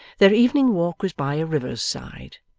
their evening walk was by a river's side.